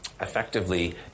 effectively